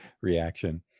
reaction